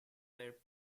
were